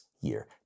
year